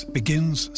begins